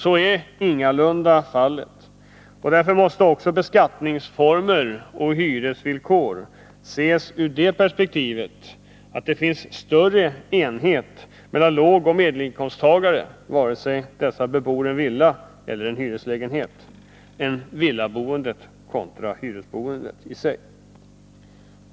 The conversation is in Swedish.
Så är ingalunda fallet, och därför måste också beskattningsformer och hyresvillkor ses ur det perspektivet att det finns större enhet mellan lågoch medelinkomsttagare, vare sig dessa bebor en villa eller en hyreslägenhet, än mellan villaboende med olika inkomster.